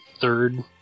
third